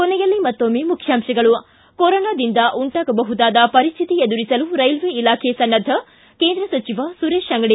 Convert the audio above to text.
ಕೊನೆಯಲ್ಲಿ ಮತ್ತೊಮ್ಮೆ ಮುಖ್ಯಾಂಶಗಳು ಿ ಕೊರೋನಾದಿಂದ ಉಂಟಾಗಬಹುದಾದ ಪರಿಸ್ಹಿತಿ ಎದುರಿಸಲು ರೈಲ್ಲೆ ಇಲಾಖೆ ಸನ್ನದ್ಲ ಕೇಂದ್ರ ಸಚಿವ ಸುರೇಶ್ಅಂಗಡಿ